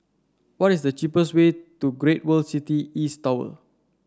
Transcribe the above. what is the cheapest way to Great World City East Tower